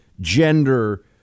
gender